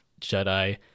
Jedi